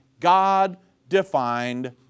God-defined